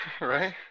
right